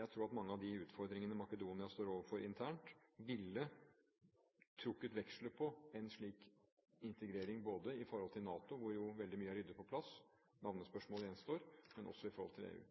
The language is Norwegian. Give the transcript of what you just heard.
Jeg tror at mange av de utfordringene Makedonia står overfor internt, ville trukket veksler på en slik integrering, ikke bare i forhold til NATO, hvor jo veldig mye er ryddet på plass – navnespørsmålet gjenstår – men også i forhold til EU.